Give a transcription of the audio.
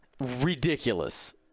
ridiculous